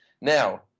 Now